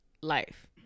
life